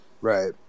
Right